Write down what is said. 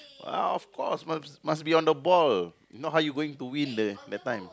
uh of course must must be on the ball if not how you going to win the that time